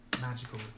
magical